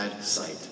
sight